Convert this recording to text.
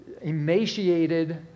emaciated